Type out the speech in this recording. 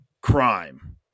crime